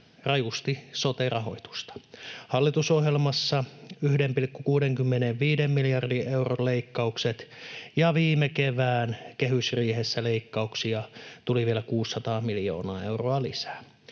rajusti sote-rahoitusta. Hallitusohjelmassa on 1,65 miljardin euron leikkaukset, ja viime kevään kehysriihessä leikkauksia tuli vielä 600 miljoonaa euroa lisää.